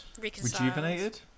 rejuvenated